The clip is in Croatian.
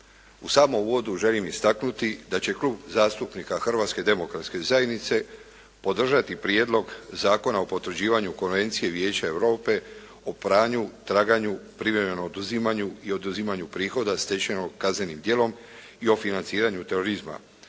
U samom uvodu želim istaknuti da će Klub zastupnika Hrvatske demokratske zajednice podržati Prijedlog zakona o potvrđivanju Konvencije Vijeća Europe o pranju, traganju, privremenom oduzimanju i oduzimanju prihoda stečenog kaznenim djelom i o financiranju terorizma